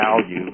value